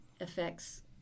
affects